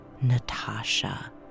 Natasha